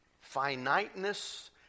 finiteness